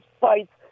fights